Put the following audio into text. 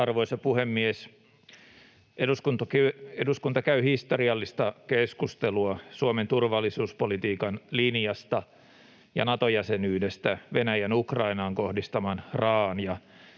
Arvoisa puhemies! Eduskunta käy historiallista keskustelua Suomen turvallisuuspolitiikan linjasta ja Nato-jäsenyydestä Venäjän Ukrainaan kohdistaman raa’an